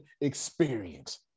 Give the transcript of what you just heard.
experience